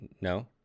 no